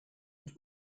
und